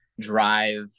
drive